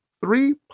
three